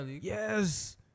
Yes